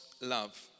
love